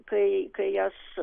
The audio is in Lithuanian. tai kai aš